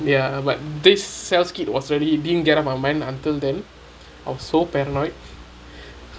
ya but these cell skit was really didn't get off my mind until then I was so paranoid